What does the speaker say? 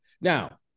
Now